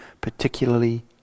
particularly